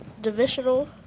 divisional